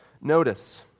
Notice